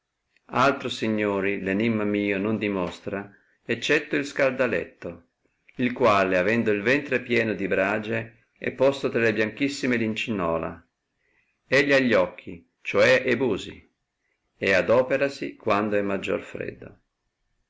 altro signori l enimma mio non dimostra eccetto il scaldaletto il quale avendo il ventre pieno di bragie è posto tra le bianchissime lincinola egli ha gli occhi ciò è e busi e adoperasi quando è maggior freddo